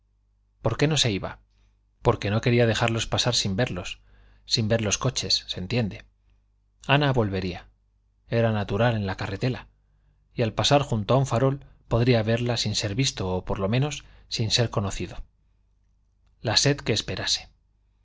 por qué no se iba porque no quería dejarlos pasar sin verlos sin ver los coches se entiende ana volvería era natural en la carretela y al pasar junto a un farol podría verla sin ser visto o por lo menos sin ser conocido la sed que esperase